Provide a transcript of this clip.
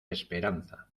esperanza